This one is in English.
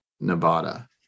Nevada